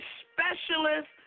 specialist